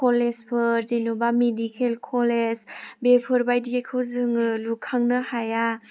college फोर जेनेबा medical college बेफोरबायदिखौ जोङो लुखांनो हाया